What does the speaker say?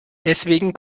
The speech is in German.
deswegen